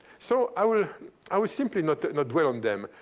so i will i will simply not not dwell on them.